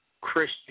Christian